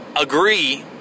agree